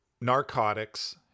Narcotics